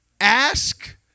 Ask